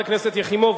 הגדלת קצבת זיקנה